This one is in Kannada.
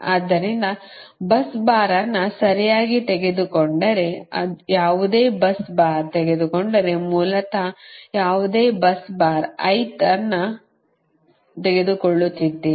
ಆದ್ದರಿಂದ bus ಬಾರ್ ಅನ್ನು ಸರಿಯಾಗಿ ತೆಗೆದುಕೊಂಡರೆ ಯಾವುದೇ bus ಬಾರ್ ತೆಗೆದುಕೊಂಡರೆ ಮೂಲತಃ ಯಾವುದೇ bus ಬಾರ್ ಅನ್ನು ತೆಗೆದುಕೊಳ್ಳುತ್ತಿದ್ದೀರಿ